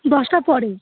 দশটার পরে